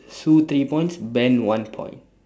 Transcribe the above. sue three points ben one point